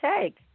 take